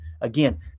Again